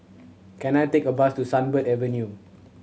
can I take a bus to Sunbird Avenue